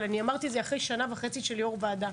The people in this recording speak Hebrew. אבל אמרתי זה רק אחרי שנה וחצי שלי כיו"ר ועדה,